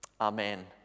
Amen